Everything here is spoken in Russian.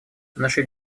нашей